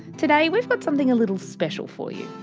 today, we've got something a little special for you.